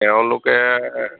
তেওঁলোকে